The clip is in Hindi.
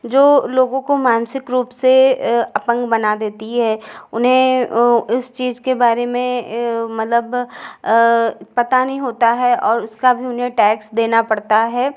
जो लोगों को मानसिक रूप से अपंग बना देती है उन्हें इस चीज़ के बारे में मतलब पता नहीं होता है और उसका भी उन्हें टैक्स देना पड़ता है